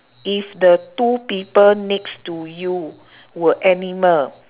if the two people next to you were animal